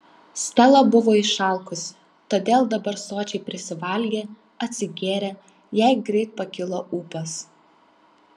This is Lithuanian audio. stela buvo išalkusi todėl dabar sočiai prisivalgė atsigėrė jai greit pakilo ūpas